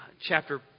chapter